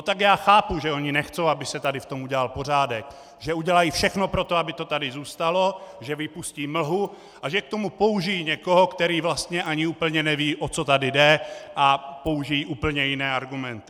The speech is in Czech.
Tak já chápu, že oni nechtějí, aby se tady v tom udělal pořádek, že udělají všechno pro to, aby to tady zůstalo, že vypustí mlhu a že k tomu použijí někoho, který vlastně ani úplně neví, o co tady jde, a použijí úplně jiné argumenty.